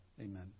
amen